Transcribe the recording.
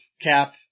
Cap